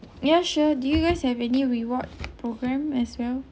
yeah sure do you guys have any reward programme as well